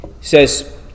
says